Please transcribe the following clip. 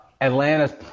Atlanta's –